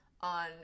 on